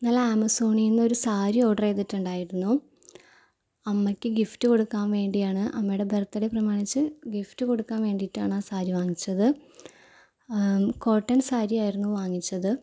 ഇന്നലെ ആമസോണിൽ നിന്ന് ഒരു സാരി ഓർഡറ് ചെയ്തിട്ടുണ്ടായിരുന്നു അമ്മയ്ക്ക് ഗിഫ്റ്റ് കൊടുക്കാൻ വേണ്ടിയാണ് അമ്മയുടെ ബർത്ഡേ പ്രമാണിച്ച് ഗിഫ്റ്റ് കൊടുക്കാൻ വേണ്ടിയാണ് അ സാരി വാങ്ങിച്ചത് കോട്ടൺ സാരി ആയിരുന്നു വാങ്ങിച്ചത്